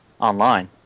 online